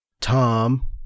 Tom